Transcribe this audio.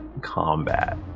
combat